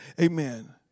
Amen